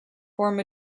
form